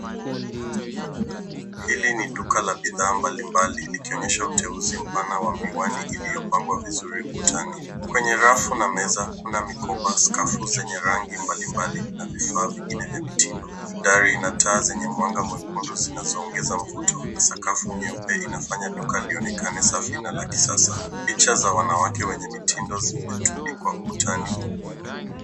Hili ni duka la bidhaa mbalimbali ikionyesha uteuzi pana wa miwani iliyopangwa vizuri ukutani. Kwenye rafu na meza, kuna mikoba , skafu zenye rangi mbalimbali na vifaa vingine vya mitindo. Dari ina taa zenye mwanga mwekundu zinazoongeza mvuto na sakafu nyeupe inafanya duka lionekane safi na la kisasa. Picha za wanawake wenye mitindo zimetundikwa ukutani.